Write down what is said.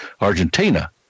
Argentina